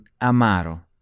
amaro